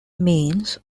means